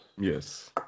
Yes